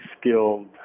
skilled